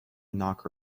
knock